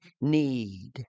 need